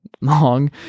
long